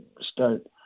start –